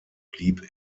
blieb